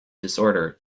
disorder